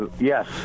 Yes